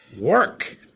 Work